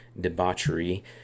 debauchery